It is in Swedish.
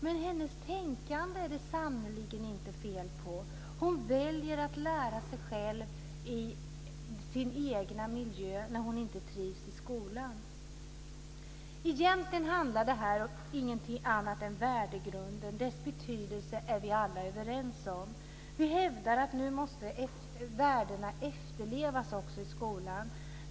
Men hennes tänkande är det sannerligen inte fel på. Hon väljer att lära sig själv i sin egen miljö när hon inte trivs i skolan. Egentligen handlar detta inte om någonting annat än värdegrunden. Dess betydelse är vi alla överens om. Vi hävdar att värdena nu också måste efterlevas i skolan.